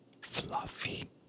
fluffy